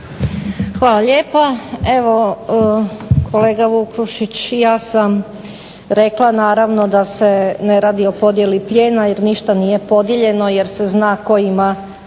Hvala lijepa. Evo kola Vukšić, ja se rekla naravno da se ne radi o podjeli plijena jer ništa nije podijeljeno jer se zna tko ima